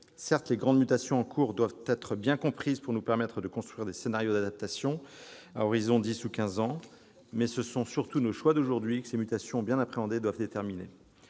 Certes, les grandes mutations en cours doivent être bien comprises pour nous permettre de construire des scénarios d'adaptation à horizon 10 ou 15 ans. Mais ce sont surtout nos choix d'aujourd'hui que ces mutations bien appréhendées doivent déterminer.